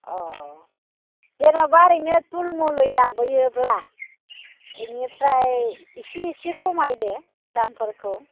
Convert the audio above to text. अ जेनेबा ओरैनो थुल मुलै लाबोयोब्ला बिनिफ्राय इसे इसे खमायदो दामफोरखौ